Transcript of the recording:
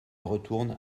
retourne